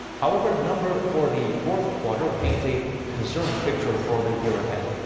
however, the numbers for the fourth quarter. paint a concerning picture for the year ahead.